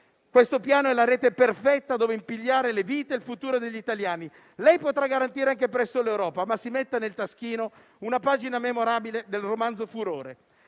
Questo piano è la rete perfetta dopo impigliare le vite e il futuro degli italiani. Lei potrà garantire anche presso l'Europa, ma si metta nel taschino una pagina memorabile del romanzo «Furore»: